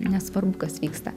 nesvarbu kas vyksta